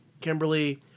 Kimberly